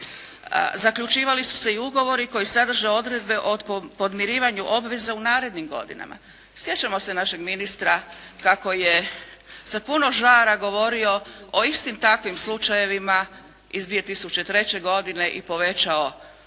Zaključivali su se i ugovori koji sadrže odredbe o podmirivanju obveza u narednim godinama. Sjećamo se našeg ministra kako je sa puno žara govorio o istim takvim slučajevima iz 2003. godine i povećao